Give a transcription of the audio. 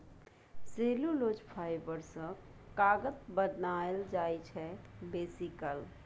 cellulose fibre सँ कागत बनाएल जाइ छै बेसीकाल